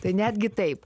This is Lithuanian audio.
tai netgi taip